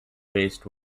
based